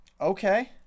Okay